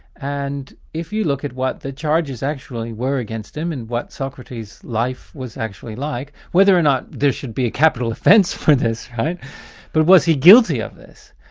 and if you look at what the charges actually were against him, and what socrates' life was actually like whether or not there should be a capital offence for this, right but was he guilty of this,